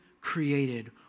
created